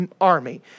Army